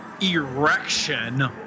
erection